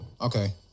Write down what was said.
Okay